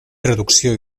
traducció